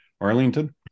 Arlington